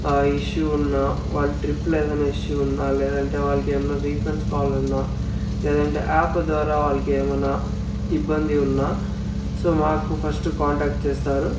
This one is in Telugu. ఇష్యూ ఉన్నా వాళ్ళ ట్రిప్లో ఏదన్నా ఇష్యూ ఉన్నా లేదంటే వాళ్లకి ఏమన్నా రీఫండ్స్ కావాలన్నా లేదంటే యాప్ ద్వారా వాళ్ళకి ఏమన్నా ఇబ్బంది ఉన్నా సో మాకు ఫస్టు కాంటాక్ట్ చేస్తారు